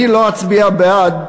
אני לא אצביע בעד,